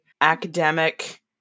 academic